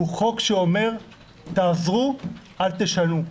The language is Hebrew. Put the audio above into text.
הוא חוק שאומר: תעזרו, אל תשנו.